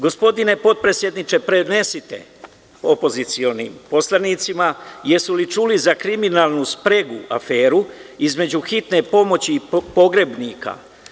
Gospodine potpredsedniče, prenesite opozicionim poslanicima, da li su čuli za kriminalnu spregu, aferu između hitne pomoći i pogrebnika?